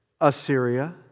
Assyria